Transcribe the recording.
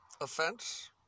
offense